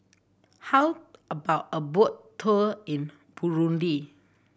how about a boat tour in Burundi